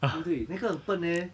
对不对那个很笨 eh